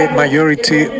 majority